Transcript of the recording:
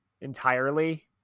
entirely